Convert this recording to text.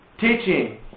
teaching